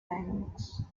dynamics